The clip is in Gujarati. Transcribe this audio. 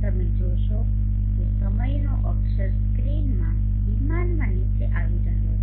તમે જોશો કે સમયનો અક્ષર સ્ક્રીનના વિમાનમાં નીચે આવી રહ્યો છે